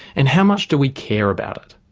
and how much do we care about it?